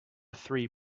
three